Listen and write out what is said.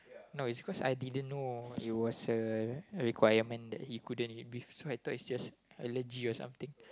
no it's cause I didn't know it was a a requirement that he couldn't eat beef so I thought it's just allergy or something